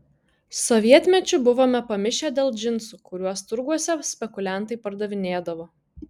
sovietmečiu buvome pamišę dėl džinsų kuriuos turguose spekuliantai pardavinėdavo